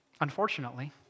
unfortunately